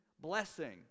blessing